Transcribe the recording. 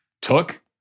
took